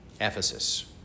Ephesus